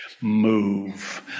move